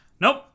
Nope